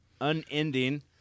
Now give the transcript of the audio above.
unending